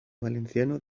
valenciano